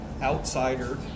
outsider